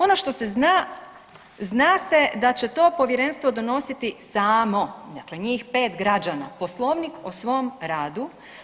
Ono što se zna, zna se da će to Povjerenstvo donositi samo, dakle njih 5 građana, poslovnik o svom radu.